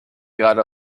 gerade